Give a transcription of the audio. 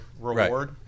reward